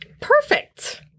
Perfect